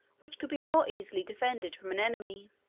which could be more easily defended from an enemy.